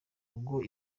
rugo